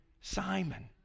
Simon